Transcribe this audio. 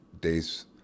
days